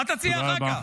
מה תציע אחר כך?